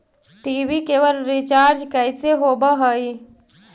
TV केवल recharge कैसे होब हइ?